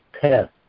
test